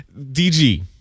dg